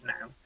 now